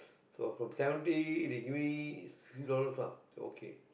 so from seventy they give me sixty dollars lah okay